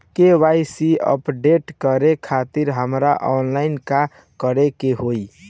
KYC update करे खातिर हमरा ऑनलाइन का करे के होई?